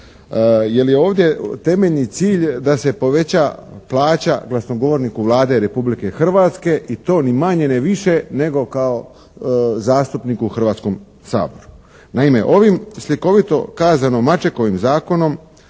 Jer je ovdje temeljni cilj da se poveća plaća glasnogovorniku Vlade Republike Hrvatske i to ni manje ni više nego kao zastupniku u Hrvatskom saboru. Naime, ovim slikovitom kazano "Mačekovim zakonom"